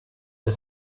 the